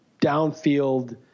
downfield